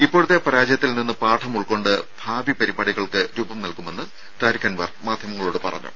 ഇപ്പോഴത്തെ പരാജയത്തിൽ നിന്ന് പാഠം ഉൾക്കൊണ്ട് ഭാവി പരിപാടികൾക്ക് രൂപം നൽകുമെന്ന് താരിഖ് അൻവർ മാധ്യമങ്ങളോട് പറഞ്ഞു